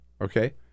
Okay